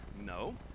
No